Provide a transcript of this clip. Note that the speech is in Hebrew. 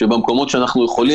שהיכן שאפשר,